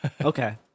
Okay